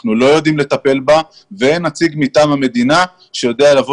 אנחנו לא יודעים לטפל בה ואין נציג מטעם המדינה שיודע לבוא